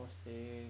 wash thing